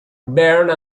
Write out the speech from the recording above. byrne